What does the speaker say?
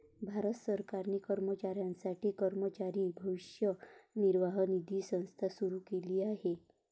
भारत सरकारने कर्मचाऱ्यांसाठी कर्मचारी भविष्य निर्वाह निधी संस्था सुरू केली आहे